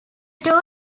two